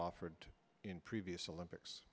offered in previous olympics